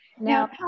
Now